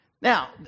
Now